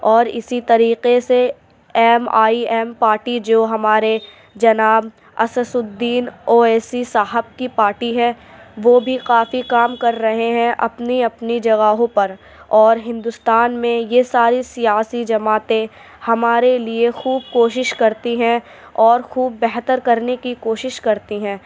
اور اِسی طریقے سے ایم آئی ایم پارٹی جو ہمارے جناب اسد الدین اویسی صاحب کی پارٹی ہے وہ بھی کافی کام کر رہے ہیں اپنی اپنی جگہوں پر اور ہندوستان میں یہ ساری سیاسی جماعتیں ہمارے لیے خوب کوشش کرتی ہیں اور خوب بہتر کرنے کی کوشش کرتی ہیں